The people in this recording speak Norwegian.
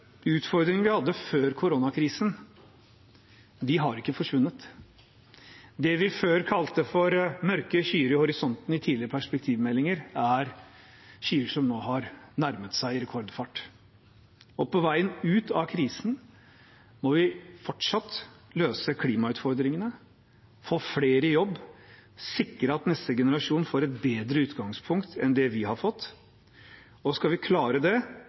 vi hadde før koronakrisen, har ikke forsvunnet. Det vi i tidligere perspektivmeldinger kalte for mørke skyer i horisonten, er skyer som nå har nærmet seg i rekordfart. Og på veien ut av krisen må vi fortsatt løse klimautfordringene, få flere i jobb, sikre at neste generasjon får et bedre utgangspunkt enn det vi har fått, og skal vi klare det,